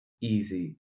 easy